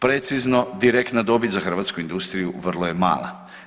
Precizno direktna dobit za hrvatsku industriju vrlo je mala.